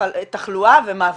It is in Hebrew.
תחלואה ומוות.